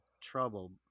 trouble